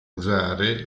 usare